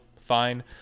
fine